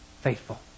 faithful